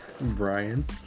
Brian